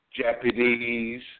Japanese